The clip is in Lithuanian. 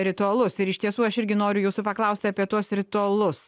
ritualus ir iš tiesų aš irgi noriu jūsų paklausti apie tuos ritualus